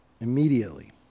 immediately